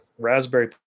raspberry